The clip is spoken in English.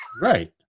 Right